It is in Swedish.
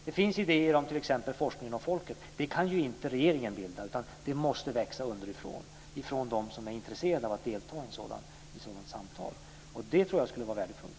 Det finns idéer om t.ex. forskningen och folket. Sådant kan inte regeringen bilda, utan det måste växa underifrån, från dem som är intresserade av att delta i ett sådant samtal. Det tror jag skulle vara värdefullt.